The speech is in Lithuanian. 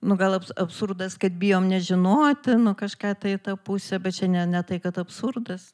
nu gal ab absurdas kad bijom nežinoti nu kažką tai į tą pusę bet čia ne ne tai kad absurdas